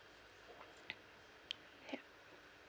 yup